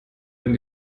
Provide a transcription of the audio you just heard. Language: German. dem